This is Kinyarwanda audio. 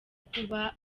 kuba